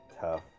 tough